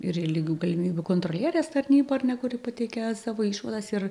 ir į lygių galimybių kontrolierės tarnybą ar ne kuri pateikia savo išvadas ir